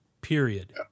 period